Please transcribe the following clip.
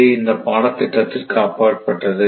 இது இந்த பாடத்திட்டத்திற்கு அப்பாற்பட்டது